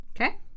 Okay